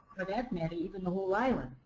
for that matter even the whole island